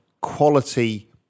quality